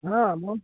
हाँ